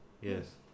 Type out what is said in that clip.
Yes